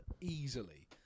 easily